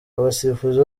abasifuzi